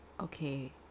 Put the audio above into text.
Okay